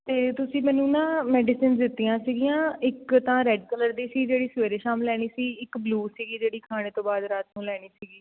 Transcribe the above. ਅਤੇ ਤੁਸੀਂ ਮੈਨੂੰ ਨਾ ਮੈਡੀਸਨ ਦਿੱਤੀਆਂ ਸੀਗੀਆਂ ਇੱਕ ਤਾਂ ਰੈੱਡ ਕਲਰ ਦੀ ਸੀ ਜਿਹੜੀ ਸਵੇਰੇ ਸ਼ਾਮ ਲੈਣੀ ਸੀ ਇੱਕ ਬਲੂ ਸੀਗੀ ਜਿਹੜੀ ਖਾਣੇ ਤੋਂ ਬਾਅਦ ਰਾਤ ਨੂੰ ਲੈਣੀ ਸੀਗੀ